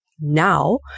now